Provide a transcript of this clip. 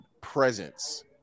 presence